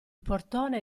portone